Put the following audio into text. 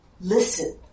listen